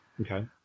Okay